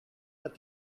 that